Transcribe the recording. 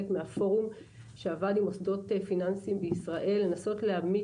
מהפורום שעבד עם מוסדות פיננסיים בישראל לנסות להעמיד